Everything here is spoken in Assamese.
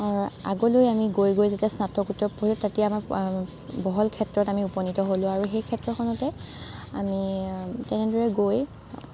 আগলৈ আমি গৈ গৈ যেতিয়া স্নাটকোত্তৰ পঢ়িলোঁ তেতিয়া বহল ক্ষেত্ৰত আমি উপনীত হ'লো আৰু সেই ক্ষেত্ৰখনতে আমি তেনেদৰে গৈ